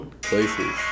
Places